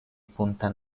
punta